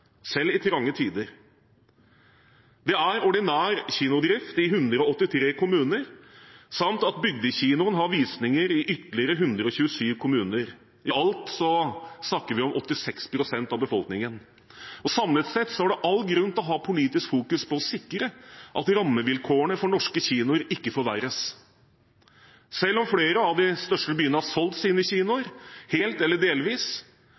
selv i trange tider. Det er ordinær kinodrift i 183 kommuner, samt at bygdekinoen har visninger i ytterligere 127 kommuner. I alt snakker vi om 86 pst. av befolkningen. Samlet sett er det all grunn til å fokusere politisk på å sikre at rammevilkårene for norske kinoer ikke forverres. Selv om flere av de største byene har solgt sine kinoer helt eller delvis,